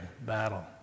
battle